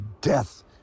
death